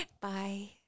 Bye